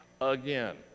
again